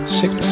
six